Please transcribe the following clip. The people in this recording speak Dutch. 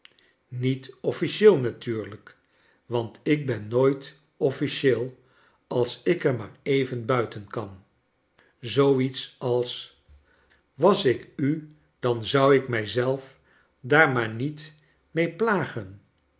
niet officieel natuurlijk want ik ben nooit officieel als ik er maar even buiten kan zoo iets als was ik u dan zou ik mij zelf daar maar niet mee plagen